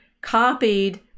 copied